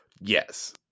Yes